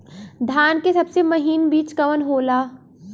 धान के सबसे महीन बिज कवन होला?